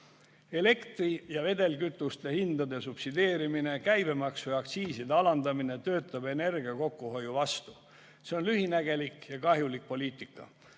Elektri ja vedelkütuste hindade subsideerimine, käibemaksu ja aktsiiside alandamine töötab energia kokkuhoiu vastu. See on lühinägelik ja kahjulik poliitika.